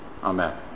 amen